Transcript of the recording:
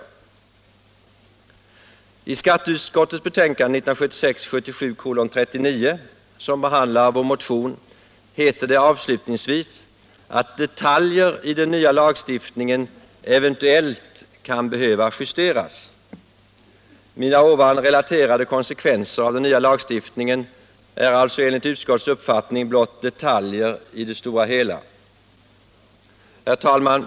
Nr 112 I Skatteutskottets betänkande 1976/77:39, som behandlar vår motion, Onsdagen den heter det avslutningsvis att detaljer i den nya lagstiftningen eventuellt 20 april 1977 kan behöva justeras. De av mig relaterade konsekvenserna av den nya lagstiftningen är alltså enligt utskottets uppfattning blott detaljer i det — Beskattningsreglerstora hela. na för pensionsför Herr talman!